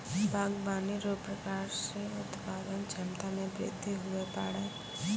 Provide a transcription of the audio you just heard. बागवानी रो प्रकार से उत्पादन क्षमता मे बृद्धि हुवै पाड़ै